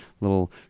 little